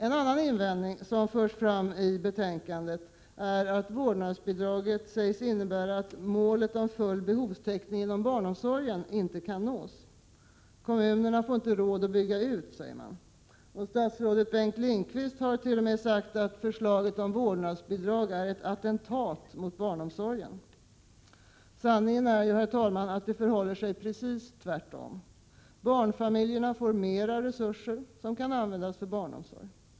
En annan invändning som förs fram i betänkandet är att vårdnadsbidraget skulle innebära att målet om full behovstäckning inom barnomsorgen inte kan nås. Kommunerna får inte råd att bygga ut, säger man. Statsrådet Bengt Lindqvist har t.o.m. sagt att förslaget om vårdnadsbidrag är ett ”attentat” mot barnomsorgen. Sanningen är att det förhåller sig precis tvärtom. Barnfamiljerna får mer resurser som kan användas för barnomsorg.